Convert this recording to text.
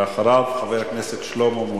ואחריו, חבר הכנסת שלמה מולה.